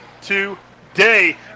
today